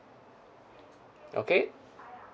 okay